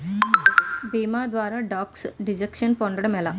భీమా ద్వారా tax deduction పొందటం ఎలా?